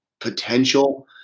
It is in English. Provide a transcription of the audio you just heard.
potential